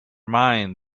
mind